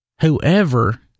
whoever